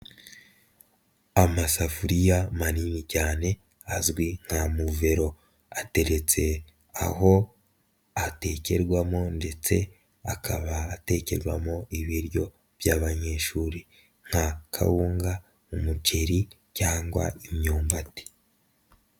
Amasafuriya manini cyane azwi nka muvero, ateretse aho atekerwamo ndetse akaba atekerwamo ibiryo by'abanyeshuri nka kawunga, umuceri cyangwa imyumbati.